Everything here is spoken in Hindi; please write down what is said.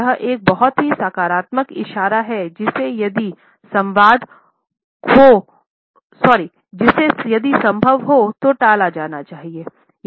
यह एक बहुत ही नकारात्मक इशारा है जिसे यदि संभव हो तो टाला जाना चाहिए